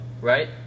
right